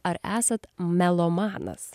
ar esat melomanas